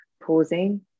pausing